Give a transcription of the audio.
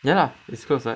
ya lah it's closed [what]